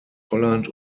holland